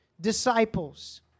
disciples